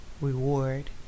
Reward